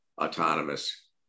autonomous